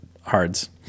hards